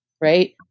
right